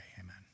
amen